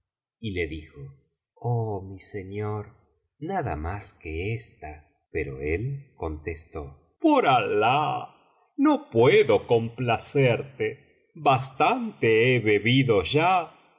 y le dijo oh mi señor nada más que ésta pero él contestó por alah no puedo complacerte bastante he bebido ya